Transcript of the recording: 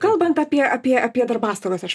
kalbant apie apie apie darbastogas aš